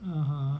(uh huh)